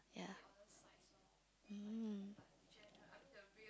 ya um